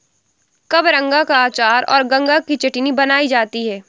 कबरंगा का अचार और गंगा की चटनी बनाई जाती है